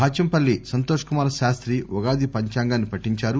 భాచంపల్లి సంతోష్ కుమార్ శాస్తి ఉగాది పంచాంగాన్ని పఠించారు